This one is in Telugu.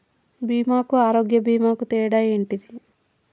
బీమా కు ఆరోగ్య బీమా కు తేడా ఏంటిది?